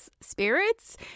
spirits